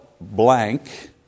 blank